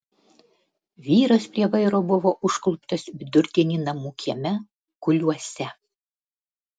vyras prie vairo buvo užkluptas vidurdienį namų kieme kuliuose